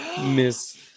Miss